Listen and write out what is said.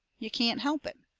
you can't help it.